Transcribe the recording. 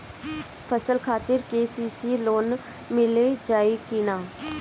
फसल खातिर के.सी.सी लोना मील जाई किना?